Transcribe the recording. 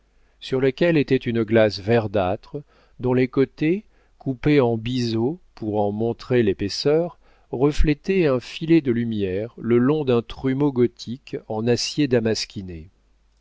sur lequel était une glace verdâtre dont les côtés coupés en biseau pour en montrer l'épaisseur reflétaient un filet de lumière le long d'un trumeau gothique en acier damasquiné